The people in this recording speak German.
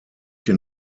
den